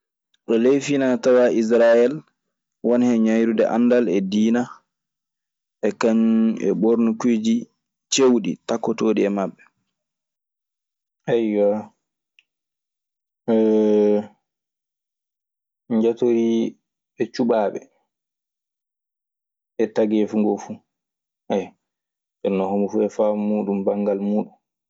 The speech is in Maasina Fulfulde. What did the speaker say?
E ley fina tawa isarael wone hen ŋayrude anndal e dina, e kaŋum e ɓornukiji ciewɗi takotooɗi e maɓe. Ɓe njatorii ɓe cuɓaaɓe e tageefu ngoo fu. Jonnon homo fuu e faamu muuɗun banngal muuɗun.